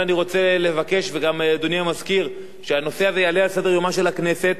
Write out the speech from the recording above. גם מאדוני המזכיר שהנושא הזה יעלה על סדר-יומה של הכנסת בשבוע הבא